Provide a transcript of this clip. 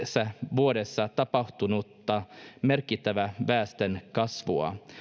vuodessa tapahtunutta merkittävää väestönkasvua